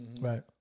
Right